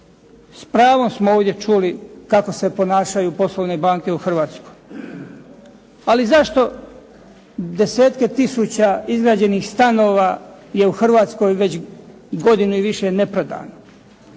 S pravom smo ovdje čuli kako se ponašaju poslovne banke u Hrvatskoj. Ali zašto desetke tisuća izgrađenih stanova je u Hrvatskoj već godinu i više neprodano?